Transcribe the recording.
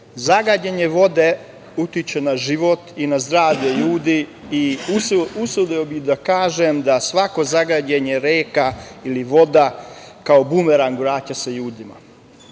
Zagađenje vode utiče na život i na zdravlje ljudi i usudio bih se da kažem da svako zagađenje reka ili voda se kao bumerang vraća ljudima. Glavni